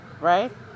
Right